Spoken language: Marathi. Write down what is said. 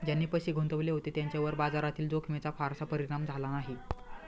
ज्यांनी पैसे गुंतवले होते त्यांच्यावर बाजारातील जोखमीचा फारसा परिणाम झाला नाही